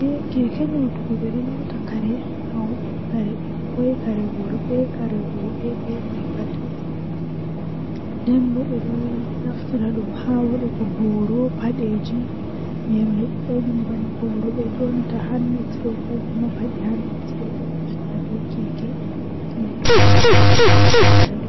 Fajjira tomi fini mi yidi mi nyama bredi be shayi.